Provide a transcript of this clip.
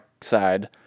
side